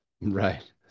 Right